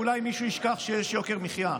ואולי מישהו ישכח שיש יוקר מחיה.